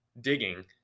digging